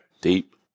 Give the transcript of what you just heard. Deep